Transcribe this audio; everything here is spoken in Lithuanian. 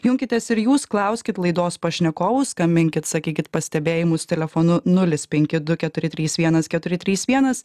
junkitės ir jūs klauskit laidos pašnekovų skambinkit sakykit pastebėjimus telefonu nulis penki du keturi trys vienas keturi trys vienas